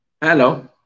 Hello